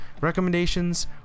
recommendations